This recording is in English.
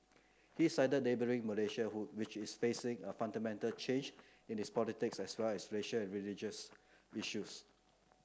he cited neighbouring Malaysia who which is facing a fundamental change in its politics as well as racial and religious issues